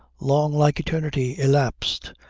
long like eternity, elapsed,